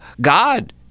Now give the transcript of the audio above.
God